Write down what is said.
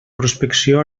prospecció